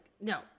no